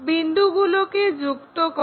বিন্দুগুলোকে যুক্ত করো